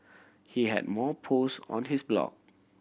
he had more post on his blog